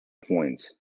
points